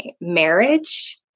marriage